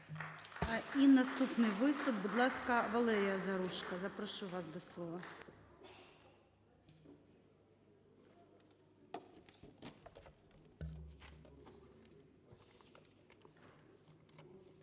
І наступний виступ. Будь ласка, Валерія Заружко, запрошую вас до слова.